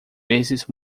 vezes